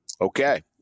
Okay